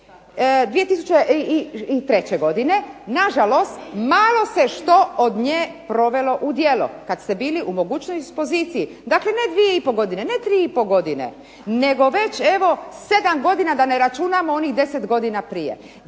2003. godine. Nažalost, malo se što provelo od nje u djelo, kada ste bili u mogućnosti i poziciji. Dakle, ne dvije i pol godine, ne tri i pol godine, nego već evo 7 godine da ne računamo onih 10 godina prije.